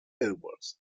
edwards